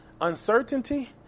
Uncertainty